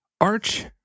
Arch